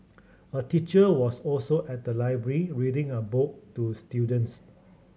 a teacher was also at the library reading a book to students